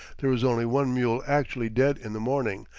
there is only one mule actually dead in the morning,